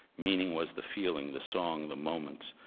meaning was the feeling, the song, the moment,